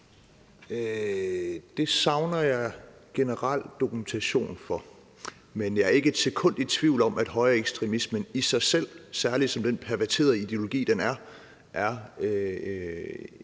Det savner jeg generel dokumentation for. Men jeg er ikke et sekund i tvivl om, at højreekstremismen i sig selv, særlig som den perverterede ideologi, den